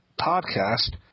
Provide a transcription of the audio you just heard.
podcast